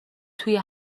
توی